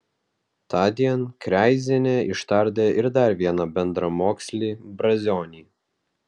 tądien kreizienė ištardė ir dar vieną bendramokslį brazionį